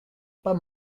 pas